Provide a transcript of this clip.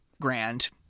grand